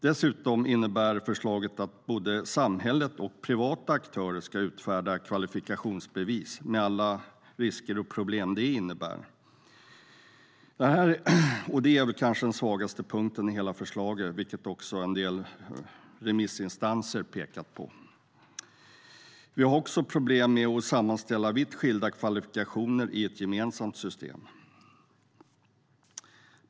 Dessutom innebär förslaget att både samhället och privata aktörer ska utfärda kvalifikationsbevis, med alla risker och problem det innebär. Det är väl kanske den svagaste punkten i hela förslaget, vilket en del remissinstanser pekat på. Vi har också problem med att man ska sammanställa vitt skilda kvalifikationer i ett gemensamt system.